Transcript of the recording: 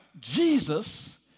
Jesus